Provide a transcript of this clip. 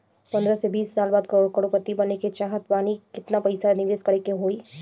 पंद्रह से बीस साल बाद करोड़ पति बने के चाहता बानी केतना पइसा निवेस करे के होई?